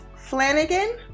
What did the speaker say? Flanagan